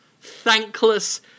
Thankless